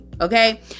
Okay